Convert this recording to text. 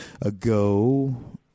ago